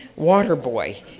Waterboy